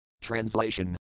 Translation